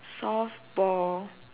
soft ball